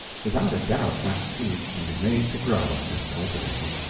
without a doubt that seed can be made to grow, if cultivated.